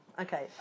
Okay